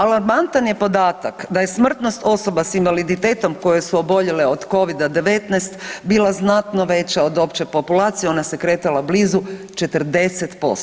Alarmantan je podatak da je smrtnost osoba s invaliditetom koje su oboljele od Covida-19 bila znatno veća od opće populacije, ona se kretala blizu 40%